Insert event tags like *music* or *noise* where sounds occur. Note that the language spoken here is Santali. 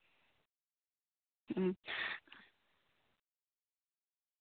*unintelligible*